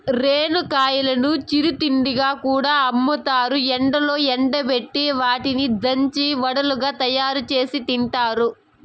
రేణిగాయాలను చిరు తిండిగా కూడా అమ్ముతారు, ఎండలో ఎండబెట్టి వాటిని దంచి వడలుగా తయారుచేసి తింటారు